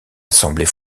assemblée